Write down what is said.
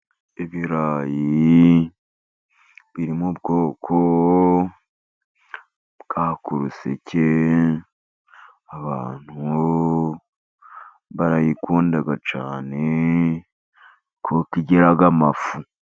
Ibirayi biri m'ubwoko bwa kuruseke , abantu barayikunda cyane kuko igira amafu.